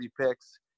picks